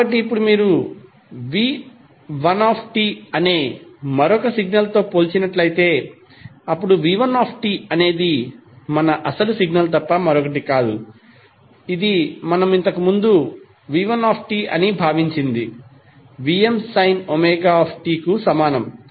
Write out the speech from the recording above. కాబట్టి ఇప్పుడు మీరు v1t అనే మరొక సిగ్నల్తో పోల్చినట్లయితే అప్పుడుv1t అనేది మన అసలు సిగ్నల్ తప్ప మరొకటి కాదు ఇది మనము ఇంతకుముందు v1t అని భావించినది Vmωt కు సమానం